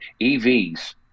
EVs